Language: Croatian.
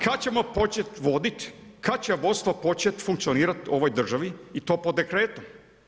Kada ćemo početi voditi, kada će vodstvo počet funkcionirat u ovoj državi i po dekretom?